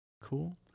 cool